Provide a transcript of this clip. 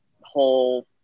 whole